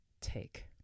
take